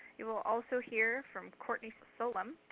you will also hear from cortney solum,